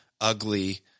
ugly